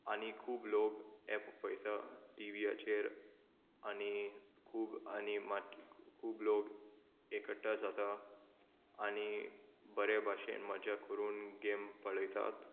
आनी खूब लोग एप पळयता टिवयाचेर आनी खूब आनी माट खूब लोग एकट्टा जाता आनी बरें भाशेन मजा करून गेम पळयतात